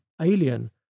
alien